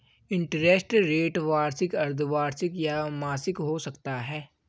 interest rate वार्षिक, अर्द्धवार्षिक या मासिक हो सकता है